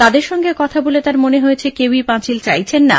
তাঁদের সঙ্গে কথা বলে তাঁর মনে হয়েছে কেউই পাঁচিল চাইছেন না